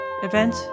event